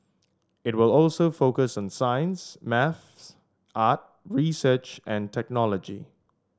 it will also focus on science maths art research and technology